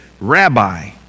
Rabbi